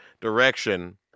direction